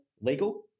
legal